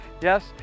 Yes